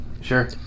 Sure